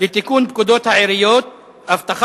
לתיקון פקודת העיריות (מס'